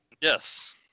Yes